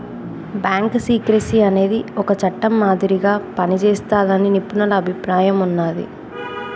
bank secrecy అనేది ఒక చట్టం మాదిరిగా పనిజేస్తాదని నిపుణుల అభిప్రాయం ఉన్నాది